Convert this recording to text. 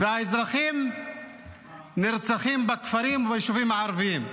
והאזרחים נרצחים בכפרים וביישובים הערביים.